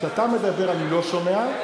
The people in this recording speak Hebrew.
כשאתה מדבר אני לא שומע,